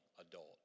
adult